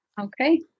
Okay